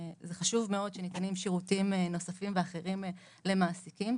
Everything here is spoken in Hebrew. שזה חשוב מאוד שניתנים שירותים נוספים ואחרים למעסיקים,